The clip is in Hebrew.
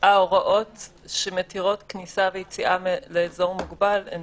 ההוראות שמתירות כניסה ויציאה לאזור מוגבל הן